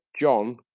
John